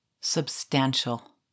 substantial